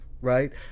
right